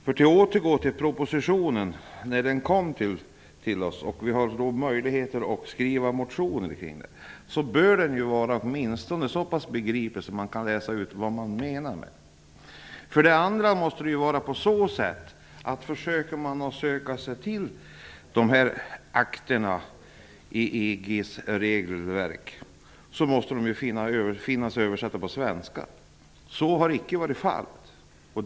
När en proposition kommer och vi har möjlighet att skriva motioner med anledning av den, bör den åtminstone vara så pass begriplig att man kan läsa ut vad som menas med den. Om man försöker studera de här akterna i EG:s regelverk, måste de finnas översatta till svenska. Så har icke varit fallet.